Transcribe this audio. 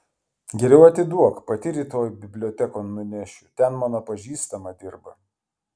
geriau atiduok pati rytoj bibliotekon nunešiu ten mano pažįstama dirba